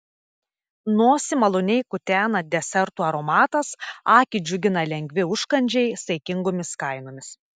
nosį maloniai kutena desertų aromatas akį džiugina lengvi užkandžiai saikingomis kainomis